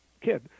kid